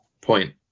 point